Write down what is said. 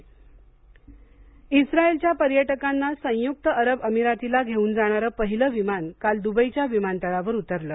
Israel विमान इस्राईलच्या पर्यटकांना संयुक्त अरब अमिरातीला घेऊन जाणारं पहिलं विमान काल दुबईच्या विमानतळावर उतरलं